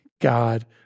God